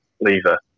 lever